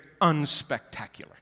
unspectacular